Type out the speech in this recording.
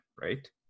right